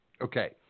Okay